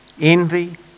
envy